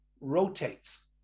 rotates